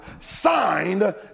signed